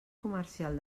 comercial